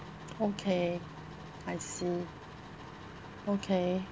okay I see okay